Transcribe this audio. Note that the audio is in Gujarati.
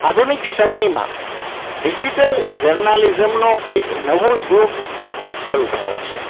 આધુનિક સમયમાં ડિજિટલ જર્નાલિઝમનો એક નવો યુગ શરૂ થયો છે